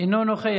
אינו נוכח.